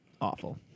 awful